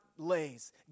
lays